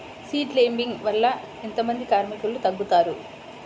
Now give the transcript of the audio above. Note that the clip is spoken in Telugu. సీడ్ లేంబింగ్ వల్ల ఎంత మంది కార్మికులు తగ్గుతారు?